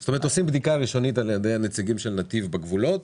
זאת אומרת עושים בדיקה ראשונית על ידי הנציגים של נתיב בגבולות,